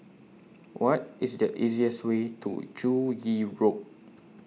What IS The easiest Way to Joo Yee Road